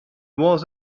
was